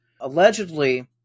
allegedly